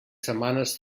setmanes